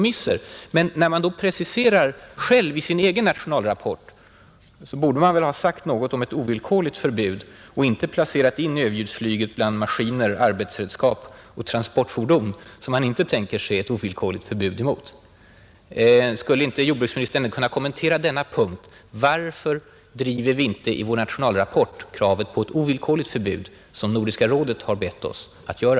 I vår egen nationalrapport borde man därför säga något om ett ovillkorligt förbud och inte placera in överljudsplanen bland ”maskiner, arbetsredskap och transportfordon” som man inte tänker sig att ovillkorligt förbjuda. Skulle inte jordbruksministern kunna kommentera denna punkt: Varför driver vi inte i vår nationalrapport kravet på ett ovillkorligt förbud, som Nordiska rådet har bett oss göra?